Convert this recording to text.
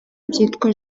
byitwa